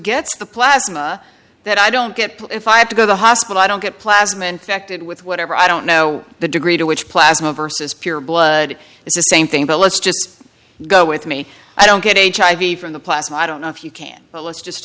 gets the plasma that i don't get if i have to go to hospital i don't get plasma infected with whatever i don't know the degree to which plasma versus pure blood is the same thing but let's just go with me i don't get hiv from the plasma i don't know if you can but let's just